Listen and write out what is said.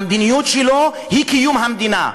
המדיניות שלו היא קיום המדינה.